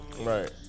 Right